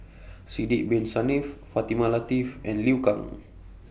Sidek Bin Saniff Fatimah Lateef and Liu Kang